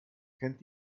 kennt